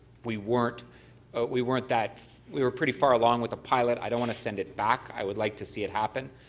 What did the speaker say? we weren't we weren't that we were pretty far along with the pilot. i don't want to send it back. i would like to see it happen.